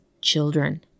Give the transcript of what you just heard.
children